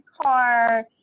car